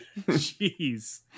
jeez